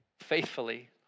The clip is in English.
faithfully